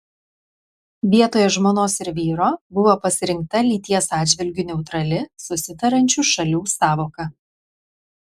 vietoje žmonos ir vyro buvo pasirinkta lyties atžvilgiu neutrali susitariančių šalių sąvoka